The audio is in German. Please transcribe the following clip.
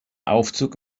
aufzug